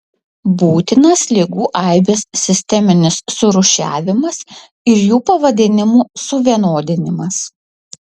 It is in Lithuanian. būtinas ligų aibės sisteminis surūšiavimas ir jų pavadinimų suvienodinimas